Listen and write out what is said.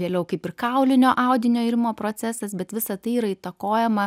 vėliau kaip ir kaulinio audinio irimo procesas bet visa tai yra įtakojama